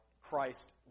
Christ